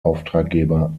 auftraggeber